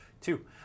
two